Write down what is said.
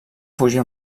fugir